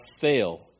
fail